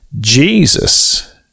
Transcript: Jesus